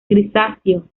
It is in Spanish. grisáceo